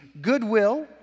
goodwill